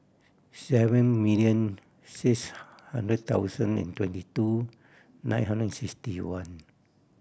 seven million six hundred thousand and twenty two nine hundred and sixty one